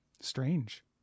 strange